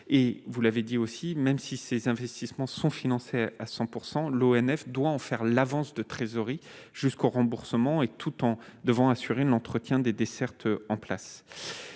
vous l'avez dit aussi, même si ces investissements sont financés à 100 % l'ONF doit en faire l'avance de trésorerie jusqu'au remboursement et, tout en devant assurer l'entretien des dessertes en place,